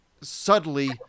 subtly